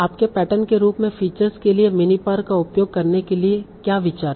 आपके पैटर्न के रूप में फीचर्स के लिए मिनिपार का उपयोग करने के लिए क्या विचार है